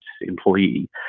employee